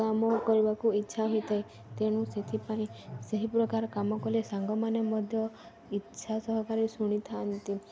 କାମ କରିବାକୁ ଇଚ୍ଛା ହୋଇଥାଏ ତେଣୁ ସେଥିପାଇଁ ସେହି ପ୍ରକାର କାମ କଲେ ସାଙ୍ଗମାନେ ମଧ୍ୟ ଇଚ୍ଛା ସହକାରେ ଶୁଣିଥାନ୍ତି